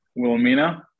Wilmina